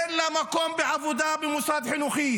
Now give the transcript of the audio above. אין לה מקום בעבודה במוסד חינוכי